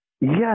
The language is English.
Yes